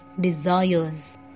Desires